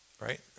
Right